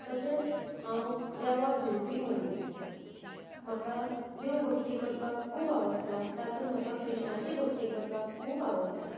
तशेंच हांव देवाक भिवपी मनीस म्हाका देव भक्ती करपाक खूब आवडटा तातूंत म्हाका कृष्णाची भक्ती करपाक खूब आवडटा